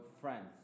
friends